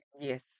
Yes